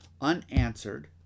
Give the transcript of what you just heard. unanswered